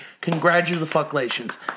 Congratulations